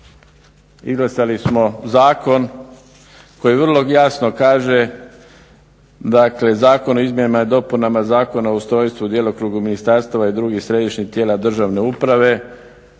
ne razumije./… zakon koji vrlo jasno kaže dakle, Zakon o izmjenama i dopunama Zakona o ustrojstvu i djelokrugu ministarstava i drugih središnjih tijela državne uprave,